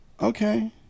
Okay